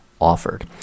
offered